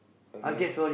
okay